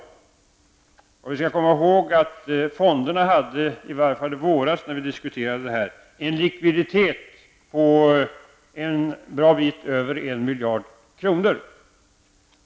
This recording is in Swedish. Vi skall komma ihåg att fonderna i varje fall i våras när vi diskuterade detta hade en likviditet på en bra bit över 1 miljard kronor.